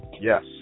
Yes